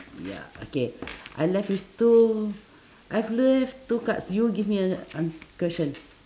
ya okay I left with two I've left two cards you give me ano~ ans~ question